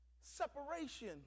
separation